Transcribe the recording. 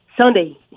Sunday